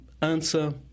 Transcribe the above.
answer